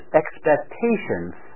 expectations